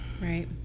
Right